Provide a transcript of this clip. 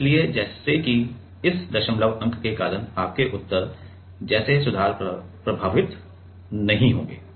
इसलिए जैसे कि इस दशमलव अंक के कारण आपके उत्तर जैसे सुधार प्रभावित नहीं होंगे